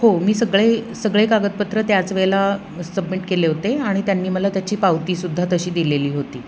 हो मी सगळे सगळे कागदपत्र त्याच वेळेला सबमिट केले होते आणि त्यांनी मला त्याची पावतीसुद्धा तशी दिलेली होती